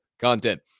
content